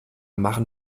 machen